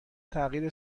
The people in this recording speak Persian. تغییر